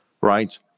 right